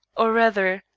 or rather,